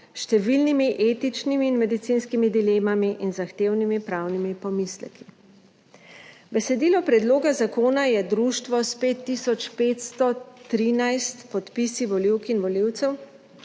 številnimi etičnimi in medicinskimi dilemami in zahtevnimi pravnimi pomisleki. Besedilo predloga zakona je društvo s 5513 podpisi volivk in volivcev